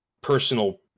personal